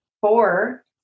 four